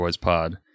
Pod